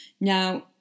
Now